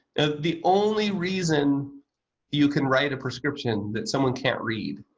the only reason you can write a prescription that someone can't read